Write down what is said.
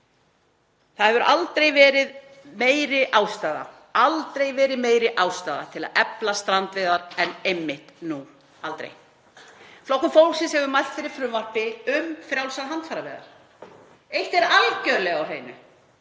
Það hefur aldrei verið meiri ástæða til að efla strandveiðar en einmitt nú. Aldrei. Flokkur fólksins hefur mælt fyrir frumvarpi um frjálsar handfæraveiðar. Eitt er algerlega á hreinu